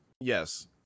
yes